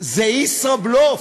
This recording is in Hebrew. זה ישראבלוף.